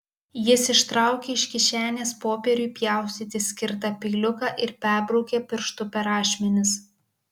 jis ištraukė iš kišenės popieriui pjaustyti skirtą peiliuką ir perbraukė pirštu per ašmenis